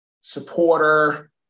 supporter